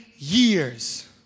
Years